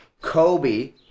Kobe